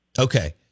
Okay